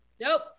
nope